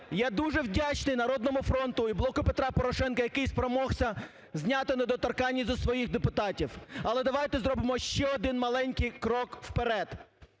Я дуже вдячний "Народному фронту" і "Блоку Петра Порошенка", який спромігся зняти недоторканність зі своїх депутатів, але давайте зробимо ще один маленький крок вперед.